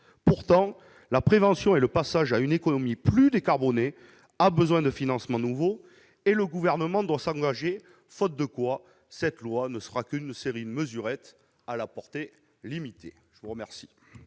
Pourtant, la prévention et le passage à une économie plus décarbonée exigent des financements nouveaux, et le Gouvernement doit s'engager, faute de quoi ce texte ne sera qu'une série de mesurettes à la portée limitée. Quel